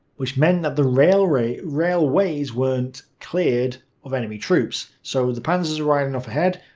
which meant that the railways railways weren't cleared of enemy troops. so the panzers were riding off ahead,